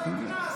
זה מאסר.